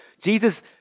Jesus